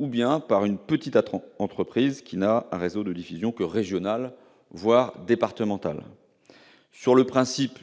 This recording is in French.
ou bien par une petite entreprise dont le réseau de diffusion n'est que régional, voire départemental. En vertu du principe